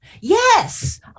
Yes